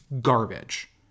garbage